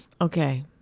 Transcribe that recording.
Okay